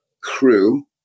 crew